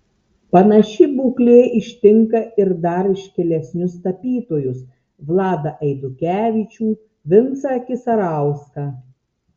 panaši būklė ištinka ir dar iškilesnius tapytojus vladą eidukevičių vincą kisarauską